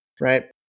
right